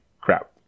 crap